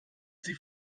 sie